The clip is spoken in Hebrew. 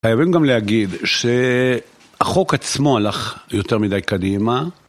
חייבים גם להגיד שהחוק עצמו הלך יותר מדי קדימה.